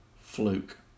fluke